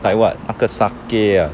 like what 那个 sake ah